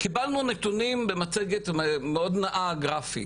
קיבלנו נתונים במצגת מאוד נאה גרפית,